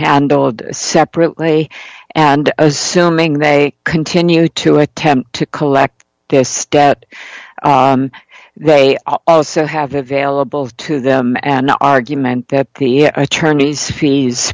handled separately and assuming they continue to attempt to collect this stet they also have available to them and the argument that the attorneys fees